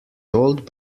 told